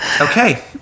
Okay